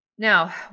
Now